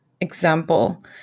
example